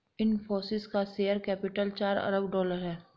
इनफ़ोसिस का share capital चार अरब डॉलर है